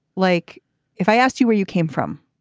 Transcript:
like if i asked you where you came from?